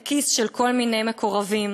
לכיס של כל מיני מקורבים.